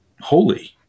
holy